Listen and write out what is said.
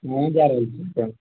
कहाँ जा रहल छी सभ